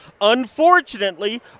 Unfortunately